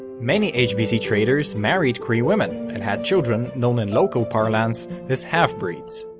many hbc traders married cree women and had children known in local parlance as half-breeds.